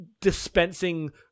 dispensing